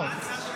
מה ההצעה שלו?